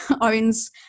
owns